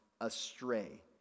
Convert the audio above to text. astray